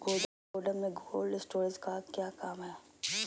गोडम में cold storage का क्या काम है?